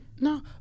No